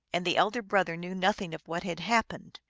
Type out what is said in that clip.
and the elder brother knew nothing of what had happened.